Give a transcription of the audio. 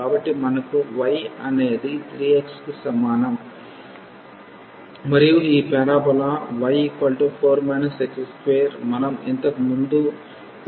కాబట్టి మనకు y అనేది 3x కి సమానం మరియు ఈ పారాబోలాy4 x2 మనం ఇంతకు ముందు కూడా ఇలాంటి ప్రాంతాలను చూశాము